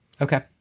Okay